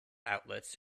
outlets